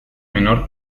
menor